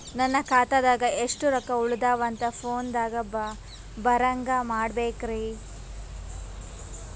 ನನ್ನ ಖಾತಾದಾಗ ಎಷ್ಟ ರೊಕ್ಕ ಉಳದಾವ ಅಂತ ಫೋನ ದಾಗ ಬರಂಗ ಮಾಡ ಬೇಕ್ರಾ?